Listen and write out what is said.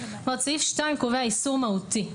סעיף 2 קובע איסור מהותי,